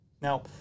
Now